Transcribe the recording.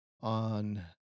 on